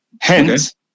hence